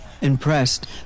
Impressed